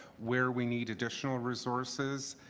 where we need additional resources,